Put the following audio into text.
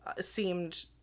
seemed